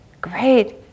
great